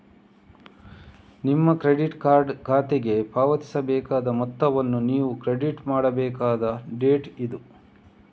ನಿಮ್ಮ credit card ಖಾತೆಗೆ ಪಾವತಿಸಬೇಕಾದ ಮೊತ್ತವನ್ನು ನೀವು ಕ್ರೆಡಿಟ್ ಮಾಡಬೇಕಾದ ಡೇಟ್ ಇದು